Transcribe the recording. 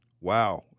Wow